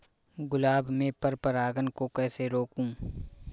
गुलाब में पर परागन को कैसे रोकुं?